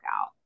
out